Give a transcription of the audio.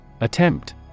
Attempt